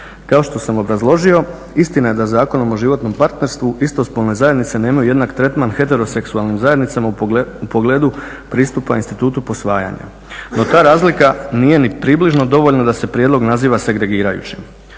Kao što sam obrazložio, istina je da Zakonom o životnom partnerstvu istospolne zajednice nemaju jednak tretman heteroseksualnim zajednicama u pogledu pristupa institutu posvajanja. No ta razlika nije ni približno dovoljna da se prijedlog naziva segregirajućim.